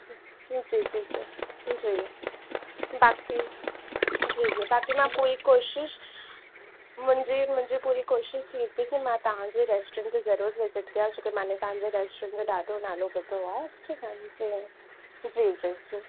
जी जी जी जी बाक़ी जी जी बाक़ी मां पूरी कोशिश मुंहिंजी मुंहिंजी पूरी कोशिश थींदी की मां तव्हांजे रेस्टोरेंट ते ज़रूरु विजिट कयां छोकी मां ने तव्हांजो रेस्टोरेंट जो ॾाढो नालो ॿुधो आहे जी तव्हांजी जी जी जी